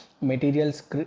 materials